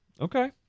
okay